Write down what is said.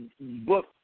book